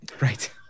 Right